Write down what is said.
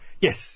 Yes